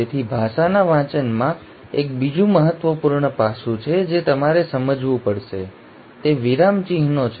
તેથી ભાષાના વાંચનમાં એક બીજું મહત્વપૂર્ણ પાસું છે જે તમારે સમજવું પડશે તે વિરામચિહ્નો વિશે છે